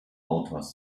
autors